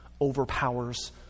overpowers